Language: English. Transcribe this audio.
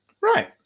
Right